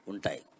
Untai